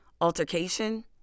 altercation